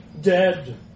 Dead